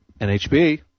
NHB